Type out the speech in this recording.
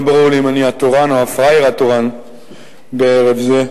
לא ברור לי אם אני השר התורן או הפראייר התורן בערב זה.